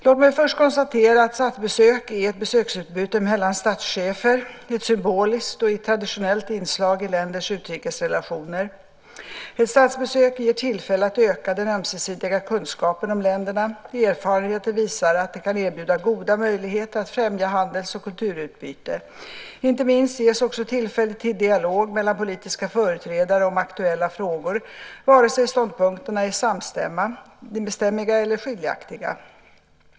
Låt mig först konstatera att statsbesök är ett besöksutbyte mellan statschefer, ett symboliskt och traditionellt inslag i länders utrikesrelationer. Ett statsbesök ger tillfälle att öka den ömsesidiga kunskapen om länderna. Erfarenheten visar att det kan erbjuda goda möjligheter att främja handels och kulturutbyte. Inte minst ges också tillfälle till dialog mellan politiska företrädare om aktuella frågor, vare sig ståndpunkterna är samstämmiga eller skiljaktiga.